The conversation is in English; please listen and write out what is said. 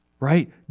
right